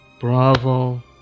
Bravo